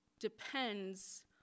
depends